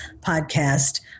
podcast